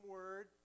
word